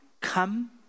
come